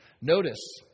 Notice